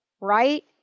right